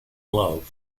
love